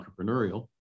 entrepreneurial